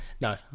no